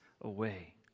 away